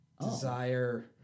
Desire